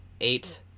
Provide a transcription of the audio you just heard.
eight